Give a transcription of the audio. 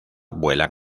vuelan